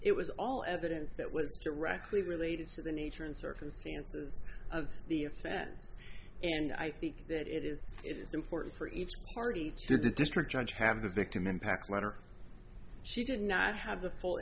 it was all evidence that was directly related to the nature and circumstances of the offense and i think that it is it is important for each party to the district judge have the victim impact letter she did not have the full